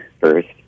first